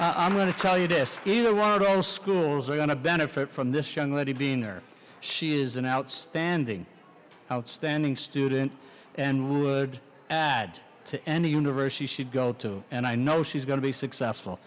i'm going to tell you this either one of those schools are going to benefit from this young lady beaner she is an outstanding outstanding student and would add to any university should go to and i know she's going to be successful